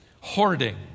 hoarding